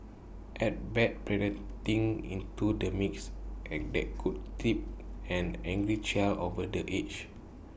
add bad parenting into the mix and that could tip an angry child over the edge